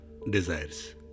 desires